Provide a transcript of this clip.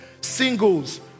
singles